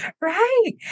Right